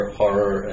horror